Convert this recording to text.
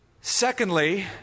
Secondly